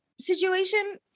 situation